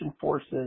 forces